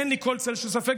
אין לי כל צל של ספק,